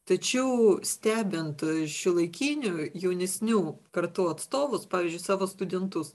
tačiau stebint šiuolaikinių jaunesnių kartų atstovus pavyzdžiui savo studentus